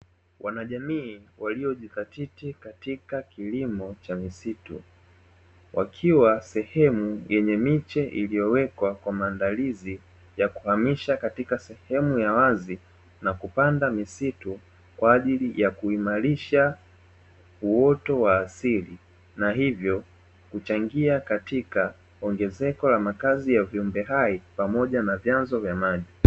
Wanajamii waliyojizatiti katika kilimo cha misitu wakiwa sehemu yenye miche, iliyowekwa kwa maandalizi ya kuhamisha katika sehemu ya wazi na kupanda misitu kwa ajili ya kuhimarisha uoto wa asili, na hivyo kuchangia katika ongezeko la makazi ya viumbe hai pamoja na vyanzo vya maji.